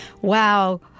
Wow